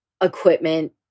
equipment